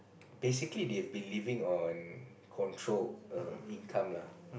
basically they believing on controlled um income lah